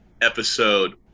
episode